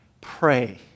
pray